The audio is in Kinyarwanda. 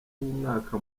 w’umwaka